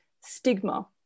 stigma